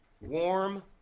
warm